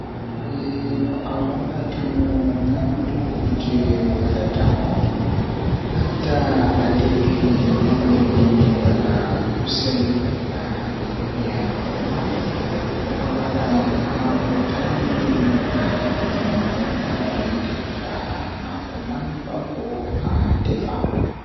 Kuugal jei mi waawata huwugo bo miɗon yi'a Miɗo waawi waɗde gollal ngal ɗum o waawugol sabu mi njogii ko maɓɓe. Miɗo waawi foti gollal o waawugol ngam miɗo waawi goɗɗum kadi.